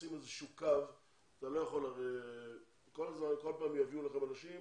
לשים איזה שהוא קו, כי כל פעם יביאו לכם אנשים